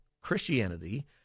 Christianity